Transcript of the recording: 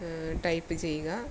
type ചെയ്യുക